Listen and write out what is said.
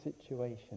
situation